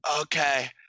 okay